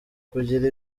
kugira